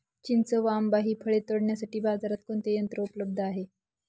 चिंच व आंबा हि फळे तोडण्यासाठी बाजारात कोणते यंत्र उपलब्ध आहे?